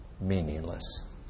meaningless